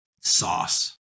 sauce